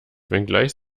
wenngleich